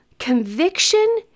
conviction